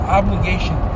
obligation